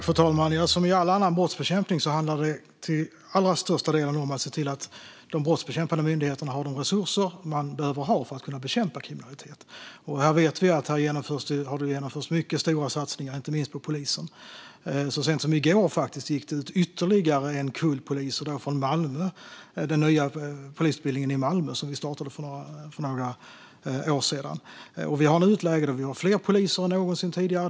Fru talman! Som med all annan brottsbekämpning handlar det till allra största delen om att se till att de brottsbekämpande myndigheterna har de resurser de behöver för att kunna bekämpa kriminalitet. Här har det genomförts mycket stora satsningar, inte minst på polisen. Så sent som i går gick ytterligare en kull poliser ut, från den nya polisutbildningen i Malmö som vi startade för några år sedan. Nu är vi i ett läge där vi har fler poliser än någonsin tidigare.